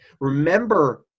remember